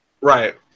Right